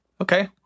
Okay